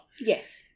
Yes